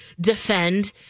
defend